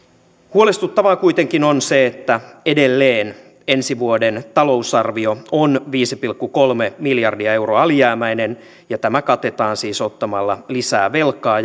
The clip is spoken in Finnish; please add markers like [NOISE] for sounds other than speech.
huolestuttavaa kuitenkin on se että edelleen ensi vuoden talousarvio on viisi pilkku kolme miljardia euroa alijäämäinen ja tämä katetaan siis ottamalla lisää velkaa [UNINTELLIGIBLE]